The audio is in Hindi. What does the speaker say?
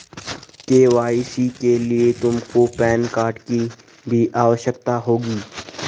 के.वाई.सी के लिए तुमको पैन कार्ड की भी आवश्यकता होगी